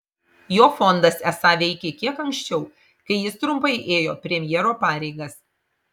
jo fondas esą veikė kiek anksčiau kai jis trumpai ėjo premjero pareigas